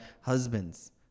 husbands